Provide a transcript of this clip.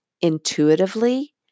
intuitively